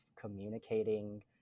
communicating